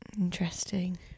Interesting